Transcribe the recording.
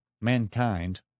mankind